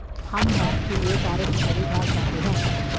हम भैंस के लिए चारे में हरी घास लाते हैं